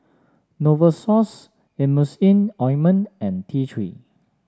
Novosource Emulsying Ointment and T Three